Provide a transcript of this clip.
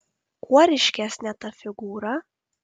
kuo ryškesnė ta figūra